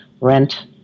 Rent